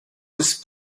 this